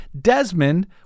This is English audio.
Desmond